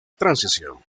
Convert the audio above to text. transición